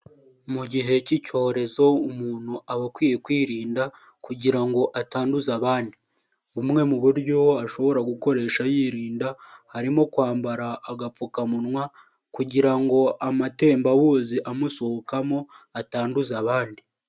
Mu gihe cy'icyorezo umuntu aba akwiye kwirinda kugira ngo atanduze abandi, bumwe mu buryo ashobora gukoresha yirinda harimo kwambara agapfukamunwa kugira ngo amatembabuzi amusohokamo atanduza abandi.